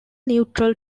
neutral